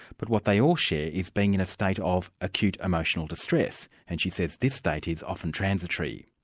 but what they all share is being in a state of acute emotional distress, and she says this state is often transitory.